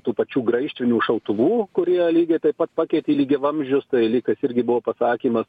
tų pačių graižtvinių šautuvų kurie lygiai taip pat pakeitė lygiavamzdžius tai lyg tais irgi buvo pasakymas